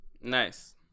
Nice